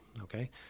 okay